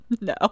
no